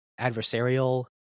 adversarial